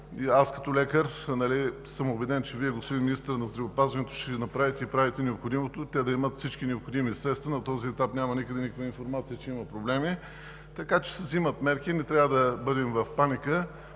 Аз като лекар съм убеден, че Вие, господин Министър на здравеопазването, ще направите и правите необходимото те да имат всички необходими средства. На този етап няма никъде никаква информация, че има проблеми. Взимат се мерки и не трябва да бъдем в паника.